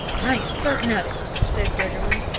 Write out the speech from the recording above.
i am certain of it, said briggerland.